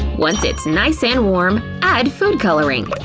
once it's nice and warm, add food coloring.